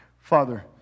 Father